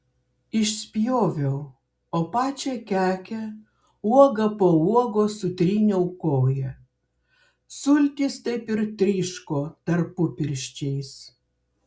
išspjoviau o pačią kekę uoga po uogos sutryniau koja sultys taip ir tryško tarpupirščiais